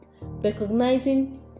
Recognizing